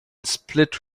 split